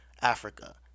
Africa